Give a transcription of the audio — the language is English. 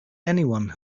anyone